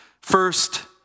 first